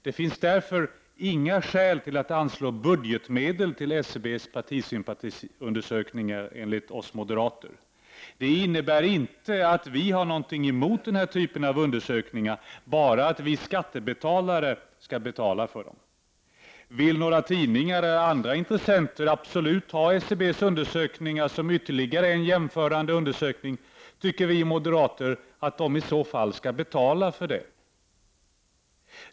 Det finns därför enligt oss moderater inga skäl till att anslå budgetmedel till SCB:s partisympatiundersökningar. Det innebär inte att vi har något emot den här typen av undersökningar, bara att inte vi skattebetalare skall betala för dem. Vill några tidningar eller andra intressenter absolut ha SCB:s undersökningar som ytterligare en jämförande undersökning, tycker vi moderater att de i så fall skall betala för dem.